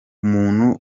umuntu